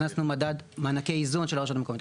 הכנסנו מדד מענקי איזון של הרשויות המקומיות,